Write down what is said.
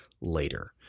later